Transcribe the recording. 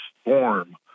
storm